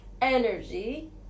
Energy